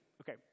okay